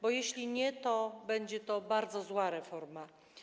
Bo jeśli nie, to będzie to bardzo zła reforma.